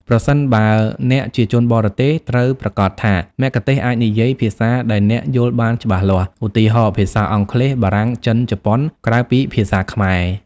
ប្រសិនបើអ្នកជាជនបរទេស ត្រូវប្រាកដថាមគ្គុទ្ទេសក៍អាចនិយាយ ភាសាដែលអ្នកយល់បានយ៉ាងច្បាស់ ឧទាហរណ៍ ភាសាអង់គ្លេស បារាំង ចិន ជប៉ុន ក្រៅពីភាសាខ្មែរ។